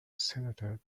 senator